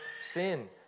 sin